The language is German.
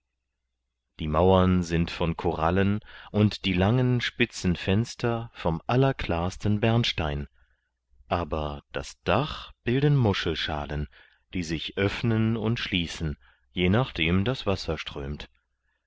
die mauern sind von korallen und die langen spitzen fenster vom allerklarsten bernstein aber das dach bilden muschelschalen die sich öffnen und schließen je nachdem das wasser strömt